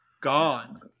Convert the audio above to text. Gone